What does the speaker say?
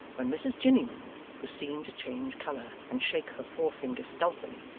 when mrs jiniwin was seen to change colour and shake her forefinger stealthily,